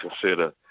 consider